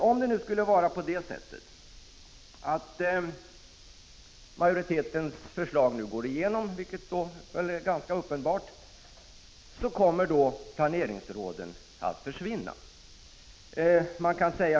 Om majoritetens förslag går igenom, vilket är ganska uppenbart att det gör, kommer planeringsråden att försvinna.